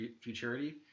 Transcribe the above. futurity